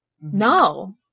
No